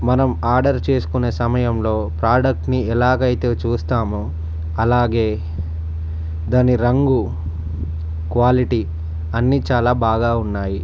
మనం ఆర్డర్ చేసుకునే సమయంలో ప్రాడక్ట్ని ఎలాగైతే చూస్తామో అలాగే దాని రంగు క్వాలిటీ అన్నీ చాలా బాగా ఉన్నాయి